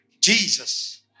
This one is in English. Jesus